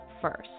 first